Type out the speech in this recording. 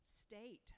state